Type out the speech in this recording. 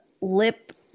lip